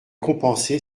compensé